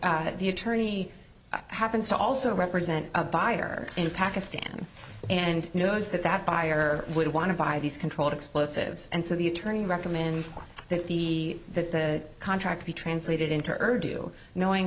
the attorney happens to also represent a buyer in pakistan and knows that that buyer would want to buy these controlled explosives and so the attorney recommends that the that the contract be translated into earth do knowing